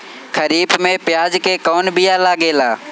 खरीफ में प्याज के कौन बीया लागेला?